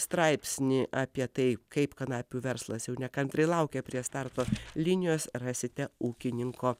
straipsnį apie tai kaip kanapių verslas jau nekantriai laukia prie starto linijos rasite ūkininko